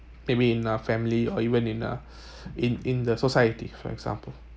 maybe in our family or even in uh in in the society for example